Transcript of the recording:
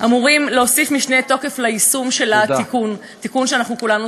אמורים להוסיף משנה תוקף ליישום של התיקון" תודה.